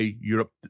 Europe